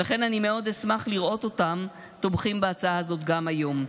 ולכן אני אשמח מאוד לראות אותם תומכים בהצעה הזאת גם היום.